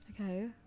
okay